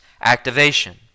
activation